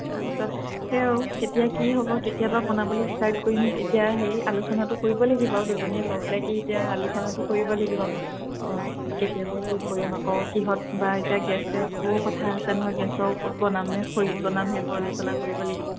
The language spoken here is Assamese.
তাৰ পিছত সেয়াও কেতিয়া কি হ'ব কেতিয়াবা বনাবলৈ ষ্টাৰ্ট কৰিম এতিয়া হেৰি আলোচনাটো কৰিব লাগিব দুয়োজনীয়ে লগ লাগি এতিয়া আলোচনাটো কৰিব লাগিব কেতিয়াৰপৰা কি কৰিম আকৌ কিহত বা এতিয়া গেছ চেছবোৰও কথা আছে নহয় গেছৰ ক'ত বনাম নে খৰিত বনাম সেইবোৰ আলোচনা কৰিব লাগিব